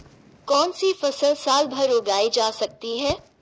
कौनसी फसल साल भर उगाई जा सकती है?